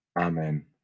Amen